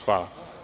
Hvala.